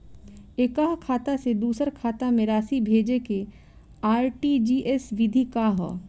एकह खाता से दूसर खाता में राशि भेजेके आर.टी.जी.एस विधि का ह?